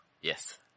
Yes